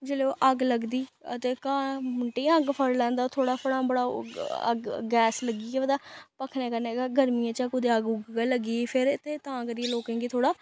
जेल्लै ओह् अग्ग लगदी ते घाऽ मिंटै च अग्ग फड़ी लैंदा थोह्ड़ा थोह्ड़ा अग्ग गैस लग्गियै केह् पता भखने कन्नै गै गर्मियें च कुतै अग्ग उग्ग गै लग्गी गेई फिर ते तां करियै लोकें गी थोह्ड़ा